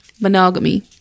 monogamy